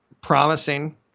promising